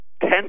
Ten